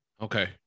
Okay